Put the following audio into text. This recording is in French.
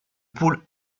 pôle